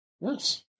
Yes